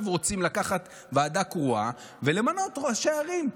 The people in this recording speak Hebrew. רוצים לקחת ועדה קרואה ולמנות ראשי ערים.